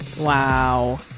Wow